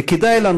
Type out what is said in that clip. וכדאי לנו,